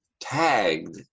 tagged